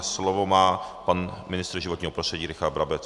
Slovo má pan ministr životního prostředí Richard Brabec.